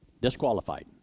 Disqualified